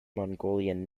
mongolian